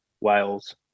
Wales